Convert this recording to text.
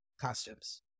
costumes